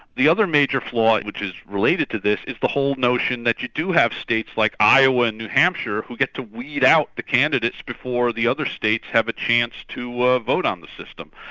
the other major flaw which is related to this is the whole notion that you do have states like iowa and new hampshire, who get to weed out the candidates before the other states have a chance to ah vote on the system.